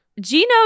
Gino